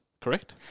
Correct